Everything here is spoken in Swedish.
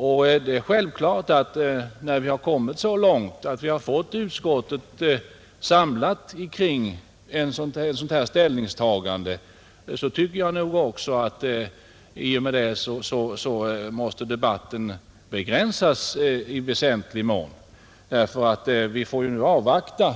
Och när vi har kommit dithän att vi fått utskottet samlat kring ett sådant här ställningstagande, så tycker jag nog också att debatten måste begränsas i väsentlig mån, därför att vi får nu ju avvakta